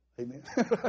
Amen